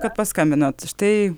kad paskambinot štai